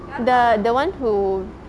the the [one] who